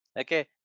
okay